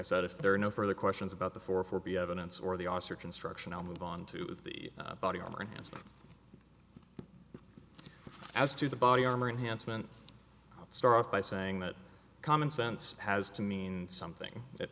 i said if there are no further questions about the four four b evidence or the os or construction i'll move on to the body armor and as to the body armor enhanced mint starts by saying that common sense has to mean something that